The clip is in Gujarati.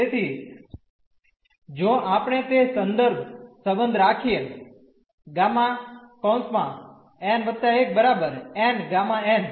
તેથી જો આપણે તે સંદર્ભ સંબંધ રાખીએ Γ n 1 n Γ n